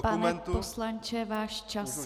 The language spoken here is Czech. Pane poslanče, váš čas.